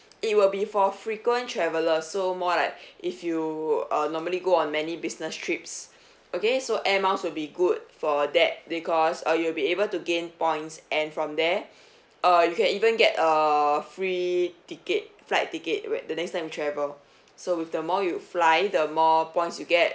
it will be for frequent traveller so more like if you uh normally go on many business trips okay Air Miles would be good for that because uh you'll be able to gain points and from there uh you can even get a free ticket flight ticket whe~ the next time you travel so with the more you fly the more points you get